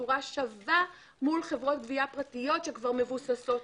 בצורה שווב מול חברות גבייה פרטיות שכבר מבוססות.